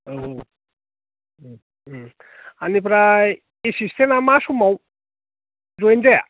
औ बेनिफ्राय एसिस्टेन्ट आ मा समाव जइन जाया